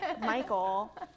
Michael